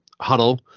huddle